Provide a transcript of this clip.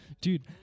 dude